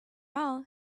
all